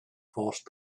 forced